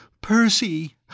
Percy